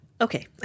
Okay